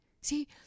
See